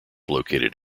located